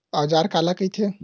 औजार काला कइथे?